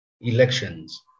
elections